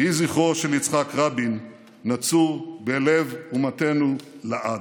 יהי זכרו של יצחק רבין נצור בלב אומתנו לעד.